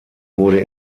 wurde